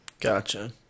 Gotcha